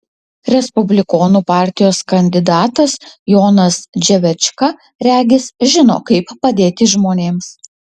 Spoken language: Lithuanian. respublikonų partijos kandidatas jonas dževečka regis žino kaip padėti žmonėms